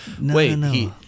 Wait